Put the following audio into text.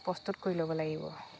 প্ৰস্তুত কৰি ল'ব লাগিব